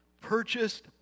purchased